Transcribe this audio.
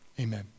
Amen